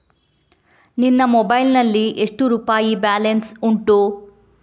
ನಿನ್ನ ಮೊಬೈಲ್ ನಲ್ಲಿ ಎಷ್ಟು ರುಪಾಯಿ ಬ್ಯಾಲೆನ್ಸ್ ಉಂಟು?